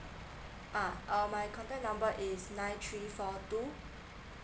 uh uh my contact number is nine three four two